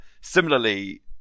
similarly